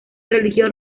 religión